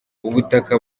ubutaka